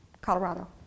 Colorado